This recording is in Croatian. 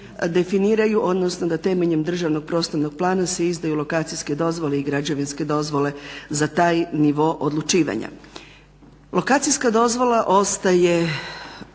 definiraju, odnosno da temeljem državnog prostornog plana se izdaju lokacijske dozvole i građevinske dozvole za taj nivo odlučivanja. Lokacijska dozvola ostaje